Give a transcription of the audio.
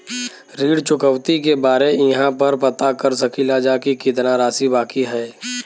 ऋण चुकौती के बारे इहाँ पर पता कर सकीला जा कि कितना राशि बाकी हैं?